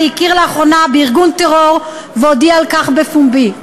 הכיר לאחרונה בארגון טרור והודיע על כך בפומבי,